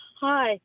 Hi